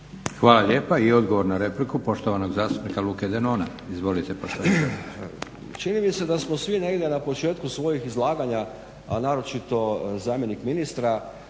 Hvala lijepa. I odgovor na repliku poštovanog zastupnika Luke Denone. Izvolite poštovani zastupniče. **Denona, Luka (SDP)** Čini mi se da smo svi negdje na početku svojih izlaganja, a naročito zamjenik ministra,